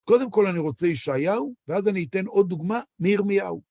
קודם כל אני רוצה ישעיהו, ואז אני אתן עוד דוגמה מירמיהו.